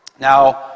Now